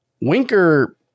Winker